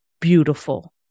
beautiful